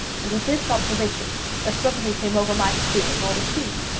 and with this observation there suddenly came over my spirit all the keen,